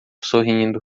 sorrindo